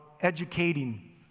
educating